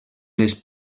les